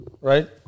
right